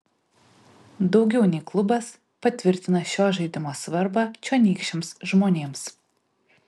daugiau nei klubas patvirtina šio žaidimo svarbą čionykščiams žmonėms